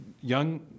young